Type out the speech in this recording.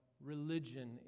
religion